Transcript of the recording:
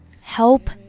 help